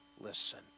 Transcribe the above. listen